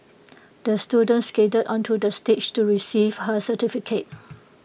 the student skated onto the stage to receive her certificate